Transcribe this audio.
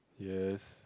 yes